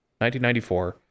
1994